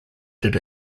did